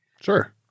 Sure